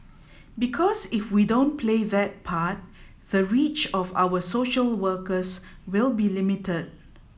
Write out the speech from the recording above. because if we don't play that part the reach of our social workers will be limited